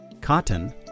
cotton